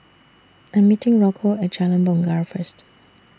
I'm meeting Rocco At Jalan Bungar First